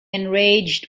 enraged